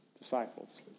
disciples